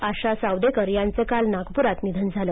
आशा सावदेकर यांचं काल नागपूरात निधन झालं